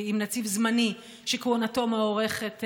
עם נציב זמני שכהונתו מוארכת,